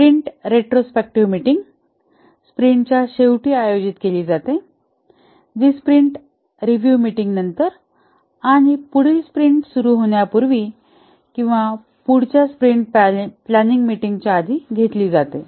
sprint retrospective meeting स्प्रिंटच्या शेवटी आयोजित केली जाते जी स्प्रिंट आढावा मीटिंगीनंतर आणि पुढील स्प्रिंट सुरू होण्यापूर्वी किंवा पुढच्या स्प्रिंट प्लॅनिंग मीटिंग च्या आधी घेतली जाते